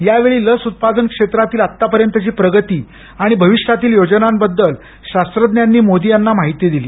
यावेळी लस उत्पादन क्षेत्रातील आतापर्यंतची प्रगती आणि भविष्यातील योजनांबद्दल शास्त्रज्ञांनी मोदी याना माहिती दिली